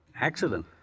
Accident